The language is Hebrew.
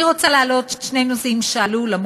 אני רוצה להעלות שני נושאים שעלו אף